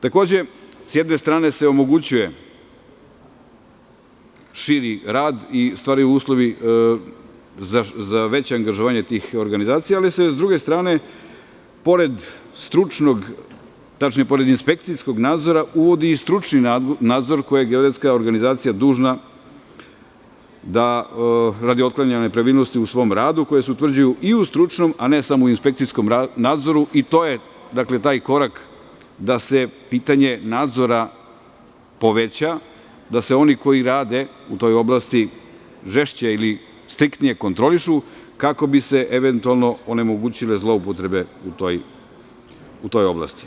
Takođe, s jedne strane se omogućuje širi rad i stvaraju uslovi za veće angažovanje tih organizacija, ali se s druge strane, pored stručnog, tačnije, pored inspekcijskog nadzora, uvodi i stručni nadzor koji je geodetska organizacija dužna da, radi otklanjanja nepravilnosti u svom radu, koje se utvrđuju i u stručnom, a ne samo u inspekcijskom nadzoru i to je taj korak da se pitanje nadzora poveća, da se oni koji rade u toj oblasti žešće ili striktnije kontrolišu, kako bi se eventualno onemogućile zloupotrebe u toj oblasti.